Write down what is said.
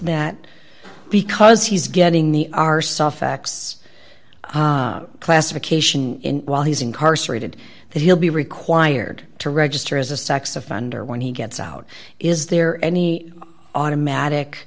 that because he's getting the r suffix classification while he's incarcerated that he'll be required to register as a sex offender when he gets out is there any automatic